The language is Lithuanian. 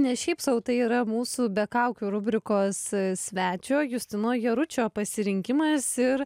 ne šiaip sau tai yra mūsų be kaukių rubrikos svečio justino jaručio pasirinkimas ir